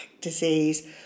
disease